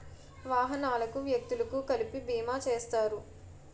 వాహనాలకు వ్యక్తులకు కలిపి బీమా చేస్తారు